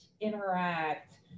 interact